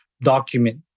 document